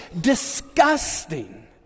disgusting